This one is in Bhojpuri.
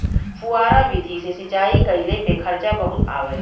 फौआरा विधि से सिंचाई कइले पे खर्चा बहुते आवला